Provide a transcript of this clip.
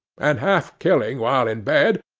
and half-killing while in bed,